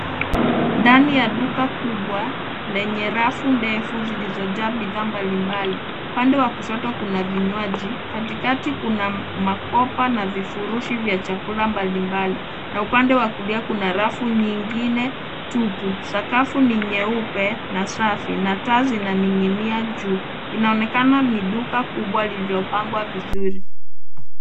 Ndani ya duka kubwa lenye rafu ndefu zilizojaa bidhaa mbalimbali. Upande wa kushoto kuna vinywaji, katikati kuna makopa na vifurushi vya chakula mbalimbali na upande wa kulia kuna rafu nyingine tupu. Sakafu ni nyeupe na safi na taa zinaning'inia juu. Inaonekana ni duka kubwa lililopangwa vizuri.